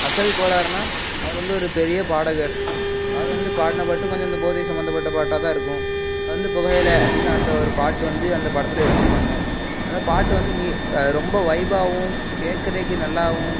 அசல் கோளாறுன்னால் அவர் வந்து ஒரு பெரிய பாடகர் அவர் வந்து பாடின பாட்டு கொஞ்சம் இந்த போதை சம்மந்தப்பட்ட பாட்டாக தான் இருக்கும் அது வந்து புகையிலை அப்படின்னு அந்த ஒரு பாட்டு வந்து அந்த படத்தில் எடுத்துருப்பாங்க அந்த பாட்டு வந்து நீ ரொம்ப வைபாவும் கேக்கிறதுக்கு நல்லாவும்